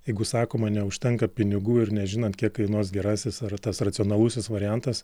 jeigu sakoma neužtenka pinigų ir nežinant kiek kainuos gerasis ar tas racionalusis variantas